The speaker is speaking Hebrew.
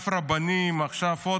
יותר